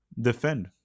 defend